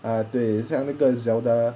ah 对像那个 zelda